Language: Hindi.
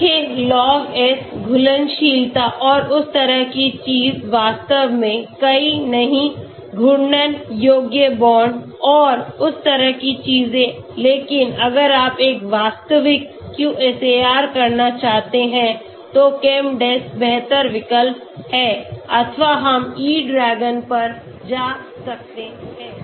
देखें Log S घुलनशीलता और उस तरह की चीज वास्तव में कई नहीं घूर्णन योग्य बॉन्ड और उस तरह की चीजें लेकिन अगर आप एक वास्तविक QSAR करना चाहते हैं तो ChemDes बेहतर विकल्प है अथवा हम E DRAGON पर जा सकते हैं